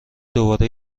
دوباره